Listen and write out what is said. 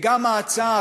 וגם ההצעה,